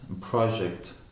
project